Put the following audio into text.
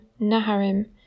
Naharim